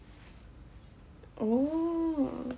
oh